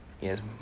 yes